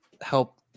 help